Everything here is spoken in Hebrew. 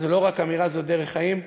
זו לא רק אמירה, זו דרך חיים.